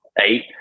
eight